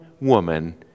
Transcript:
woman